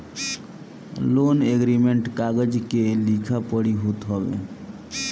loan agreement कागज के लिखा पढ़ी होत हवे